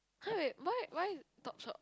how is why why Topshop